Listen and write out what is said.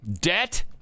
debt